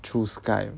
through skype